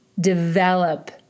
develop